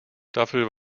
staffel